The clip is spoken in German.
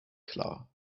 klar